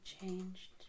changed